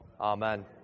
amen